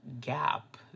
gap